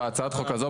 בהצעת החוק הזו,